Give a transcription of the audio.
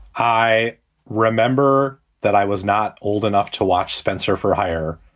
i remember that i was not old enough to watch spencer for hire.